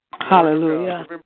Hallelujah